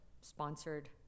sponsored